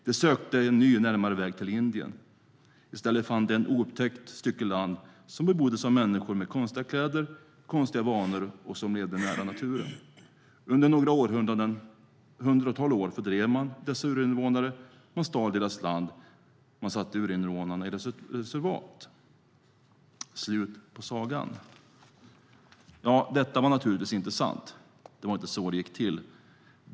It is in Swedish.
De sökte en ny och närmare väg till Indien. I stället fann de ett oupptäckt stycke land som beboddes av människor med konstiga kläder, konstiga vanor och som levde nära naturen. Under några hundra år fördrev man dessa urinvånare, stal deras land och satte urinvånarna i reservat. Därmed var det slut på sagan. Detta var naturligtvis inte sant. Det var inte så det gick till.